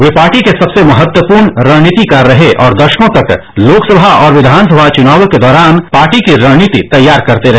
वे पार्टी के सबसे महत्वपूर्ण रणनीतिकार रहे और दशकों तक लोकसभा और विधानसभा चुनावों के दौरान पार्टी की रणनीति तैयार करते रहे